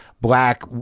black